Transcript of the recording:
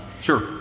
Sure